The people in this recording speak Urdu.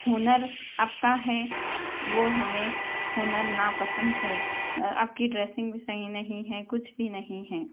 ہنر اب کا ہے وہ ہمیں ہنر ناپسند ہے اب کی ڈریسنگ بھی صحیح نہیں ہے کچھ بھی نہیں ہے